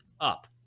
up